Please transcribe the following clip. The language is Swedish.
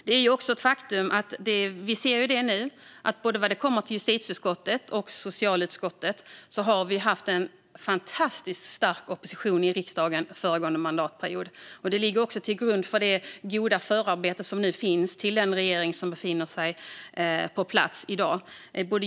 Det är också ett faktum - vi ser ju det nu - att vi både i justitieutskottet och socialutskottet haft en fantastiskt stark opposition föregående mandatperiod. Det ligger också till grund för det goda förarbete som nu finns till den regering som finns på plats i dag.